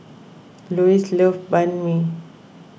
Lois loves Banh Mi